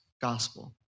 gospel